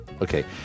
Okay